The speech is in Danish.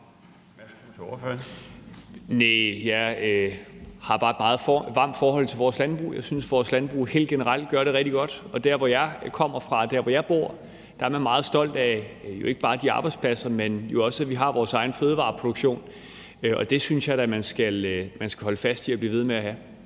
Næh, jeg har bare et meget varmt forhold til vores landbrug. Jeg synes, vores landbrug helt generelt gør det rigtig godt. Der, hvor jeg kommer fra, der, hvor jeg bor, er man meget stolt af ikke bare arbejdspladserne, men jo også, at vi har vores egen fødevareproduktion, og det synes jeg da man skal holde fast i at blive ved med at have.